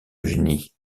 eugénie